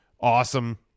awesome